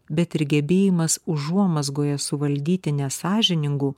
bet ir gebėjimas užuomazgoje suvaldyti nesąžiningų